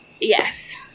yes